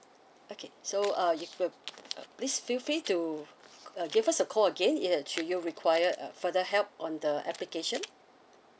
okay so uh you uh please feel free to uh give us a call again if uh should you require uh further help on the application